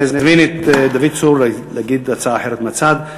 אני אזמין את דוד צור להגיד הצעה אחרת מהצד.